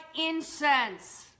incense